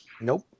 Nope